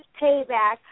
payback